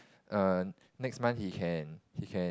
err next month he can he can